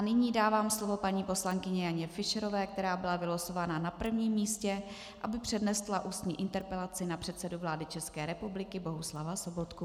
Nyní dávám slovo paní poslankyni Janě Fischerové, která byla vylosovaná na prvním místě, aby přednesla ústní interpelaci na předsedu vlády České republiky Bohuslava Sobotku.